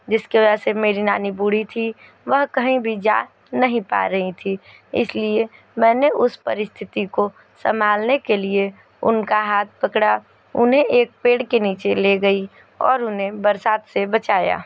जिसके वजह से मेरी नानी बूढ़ी थी वह कहीं भी जा नहीं पा रहीं थी इसलिए मैंने उस परिस्थिति को संभालने के लिए उनका हाँथ पकड़ा उन्हें एक पेड़ के नीचे ले गई और उन्हें बरसात से बचाया